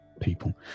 people